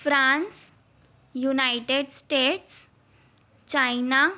France United States China